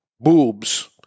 boobs